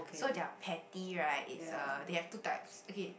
so their patty right it's uh they have two types okay